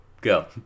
Go